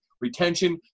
retention